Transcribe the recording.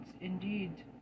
indeed